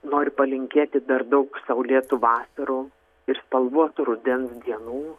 noriu palinkėti dar daug saulėtų vasarų ir spalvotų rudens dienų